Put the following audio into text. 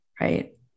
Right